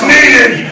Needed